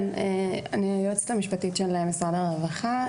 אני היועצת המשפטית של משרד הרווחה,